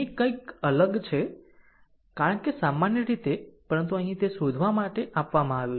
અહીં કંઈક અલગ છે કારણ કે સામાન્ય રીતે પરંતુ અહીં તે શોધવા માટે આપવામાં આવ્યું છે